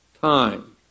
time